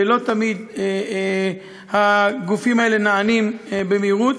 ולא תמיד הגופים האלה נענים במהירות.